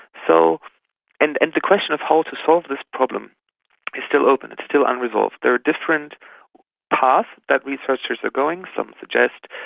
so and and the question of how to solve this problem is still open, it's still unresolved. there are different paths that researchers are going some suggest,